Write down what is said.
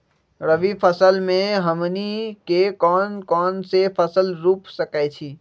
रबी फसल में हमनी के कौन कौन से फसल रूप सकैछि?